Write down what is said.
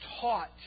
taught